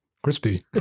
Crispy